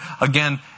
again